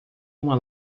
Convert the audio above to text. uma